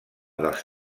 dels